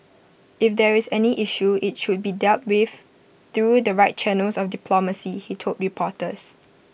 if there is any issue IT should be dealt with through the right channels of diplomacy he told reporters